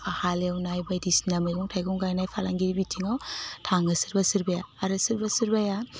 हाल एवनाय बायदिसिना मैगं थाइगं गायनाय फालांगि बिथिङाव थाङो सोरबा सोरबाया आरो सोरबा सोरबाया